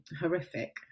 horrific